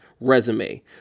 resume